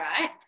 right